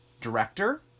director